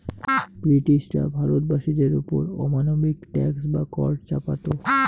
ব্রিটিশরা ভারত বাসীদের ওপর অমানবিক ট্যাক্স বা কর চাপাতি